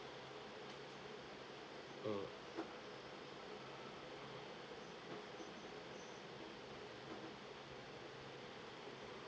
mm